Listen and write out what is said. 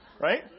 Right